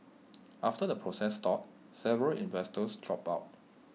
after the process stalled several investors dropped out